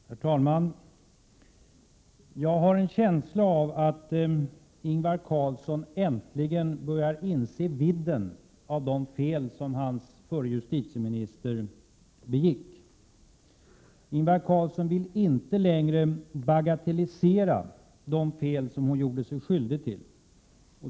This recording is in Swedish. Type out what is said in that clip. Herr talman! Jag har en känsla av att Ingvar Carlsson äntligen börjar inse vidden av de fel som hans förra justitieminister begick. Ingvar Carlsson vill inte längre bagatellisera de fel som hon gjorde sig skyldig till.